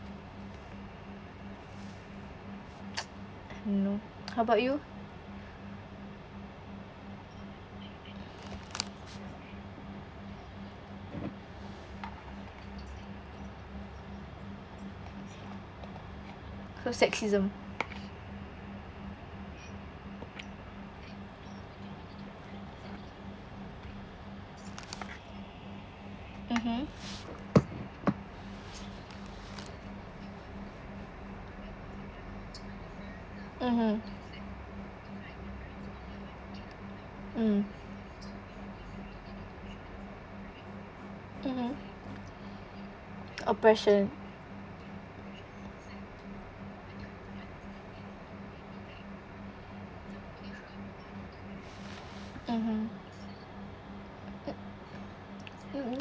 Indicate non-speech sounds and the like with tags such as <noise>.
<noise> no how about you so sexism mmhmm mmhmm mm mmhmm oppression mmhmm mm